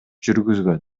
жүргүзгөн